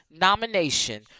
nomination